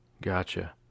Gotcha